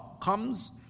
comes